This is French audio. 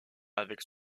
avec